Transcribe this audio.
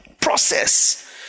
process